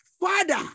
Father